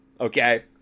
okay